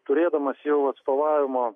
turėdamas jau atstovavimo